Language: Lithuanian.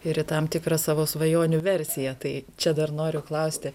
ir tam tikrą savo svajonių versiją tai čia dar noriu klausti